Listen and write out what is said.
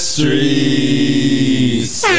Streets